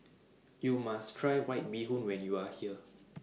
YOU must Try White Bee Hoon when YOU Are here